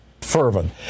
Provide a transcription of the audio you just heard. fervent